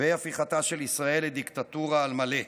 והפיכתה של ישראל לדיקטטורה על מלא.